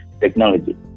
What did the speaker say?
technology